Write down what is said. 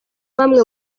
bamwe